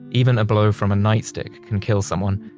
even a blow from a nightstick can kill someone.